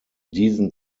diesen